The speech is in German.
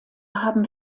haben